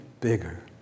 bigger